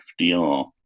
fdr